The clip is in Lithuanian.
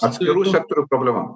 atskirų sektorių problema